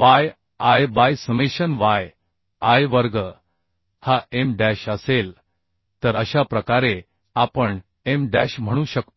yi by summation yi वर्ग हा M dash असेल तर अशा प्रकारे आपण M डॅश म्हणू शकतो